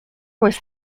was